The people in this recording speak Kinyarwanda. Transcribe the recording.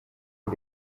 uru